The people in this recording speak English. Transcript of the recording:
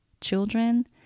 children